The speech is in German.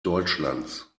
deutschlands